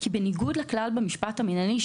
כי בניגוד לכלל במשפט המינהלי,